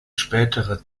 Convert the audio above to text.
späterer